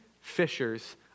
fishers